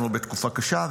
אנחנו בתקופה קשה,